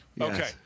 Okay